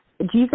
Jesus